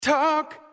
Talk